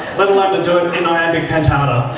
let alone to do it in iambic pentameter.